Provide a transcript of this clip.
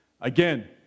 again